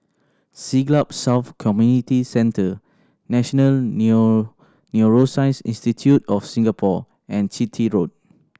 Siglap South Community Centre National New Neuroscience Institute of Singapore and Chitty Road